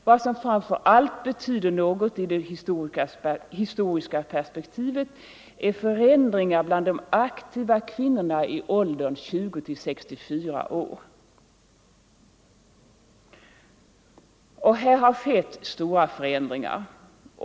Vad som framför allt betyder något i det historiska perspektivet är förändringar bland de aktiva kvinnorna i åldern 20-64 år. Och här har skett stora förändringar.